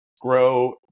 grow